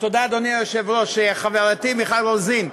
תודה, אדוני היושב-ראש, חברתי מיכל רוזין,